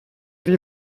die